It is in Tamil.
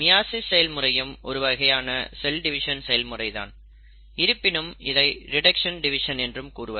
மியாசிஸ் செயல்முறையும் ஒருவகையான செல் டிவிஷன் செயல்முறை தான் இருப்பினும் இதை ரிடக்க்ஷன் டிவிஷன் என்றும் கூறுவர்